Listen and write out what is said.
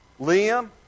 Liam